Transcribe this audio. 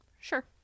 Sure